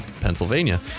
Pennsylvania